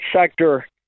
sector